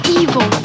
evil